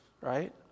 right